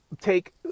take